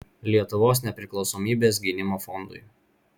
lietuvos nepriklausomybės gynimo fondui